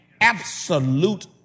Absolute